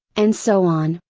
and so on.